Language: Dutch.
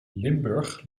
limburg